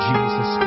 Jesus